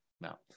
now